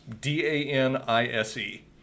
d-a-n-i-s-e